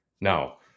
Now